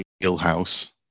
wheelhouse